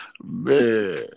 Man